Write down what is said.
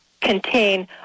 contain